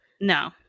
No